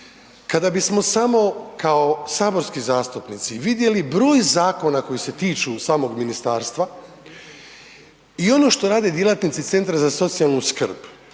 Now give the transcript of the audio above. kada bismo samo kao saborski zastupnici vidjeli broj zakona koji se tiču samog ministarstva i ono što rade djelatnici centra za socijalnu skrb